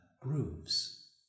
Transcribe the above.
grooves